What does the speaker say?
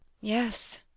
Yes